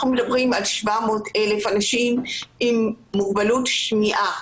מדברים על 700 אלף אנשים עם מוגבלות שמיעה.